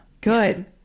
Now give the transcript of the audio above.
Good